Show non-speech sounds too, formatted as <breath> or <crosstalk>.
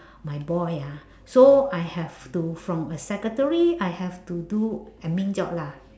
<breath> my boy ah so I have to from a secretary I have to do admin job lah